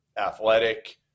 athletic